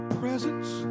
presence